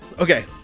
Okay